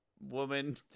woman